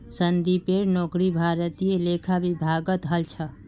संदीपेर नौकरी भारतीय लेखा विभागत हल छ